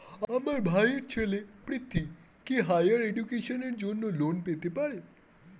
আমার ভাইয়ের ছেলে পৃথ্বী, কি হাইয়ার এডুকেশনের জন্য লোন পেতে পারে?